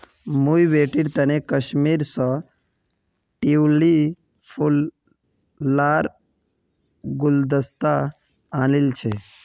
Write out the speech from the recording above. मुई बेटीर तने कश्मीर स ट्यूलि फूल लार गुलदस्ता आनील छि